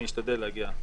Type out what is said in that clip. אני אשתדל להגיע.